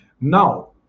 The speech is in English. Now